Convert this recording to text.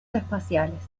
espaciales